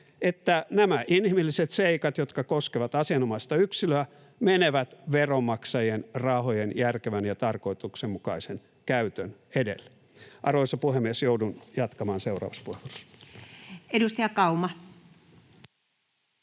että nämä inhimilliset seikat, jotka koskevat asianomaista yksilöä, menevät veronmaksajien rahojen järkevän ja tarkoituksenmukaisen käytön edelle? Arvoisa puhemies! Joudun jatkamaan seuraavassa puheenvuorossa. Edustaja Kauma.